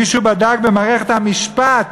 מישהו בדק במערכת המשפט